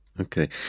Okay